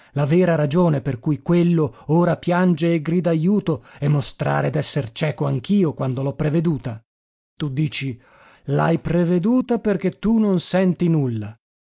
la vera ragione per cui quello ora piange e grida ajuto e mostrare d'esser cieco anch'io quando l'ho preveduta tu dici l'hai preveduta perché tu non senti nulla